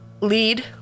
lead